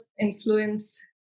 influence